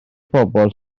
bobl